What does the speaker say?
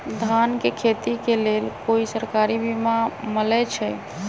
धान के खेती के लेल कोइ सरकारी बीमा मलैछई?